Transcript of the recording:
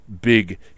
big